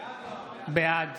בעד